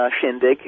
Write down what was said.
shindig